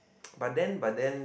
but then but then